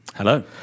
Hello